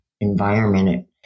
environment